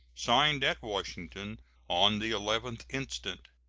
signed at washington on the eleventh instant.